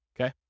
okay